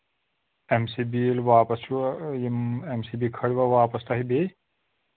اَمہِ سۭتۍ ییٚلہِ یہِ واپَس چھُو یِم اَمہِ سۭتی کھٲروا واپس تۄہہِ بیٚیہِ